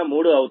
003 అవుతుంది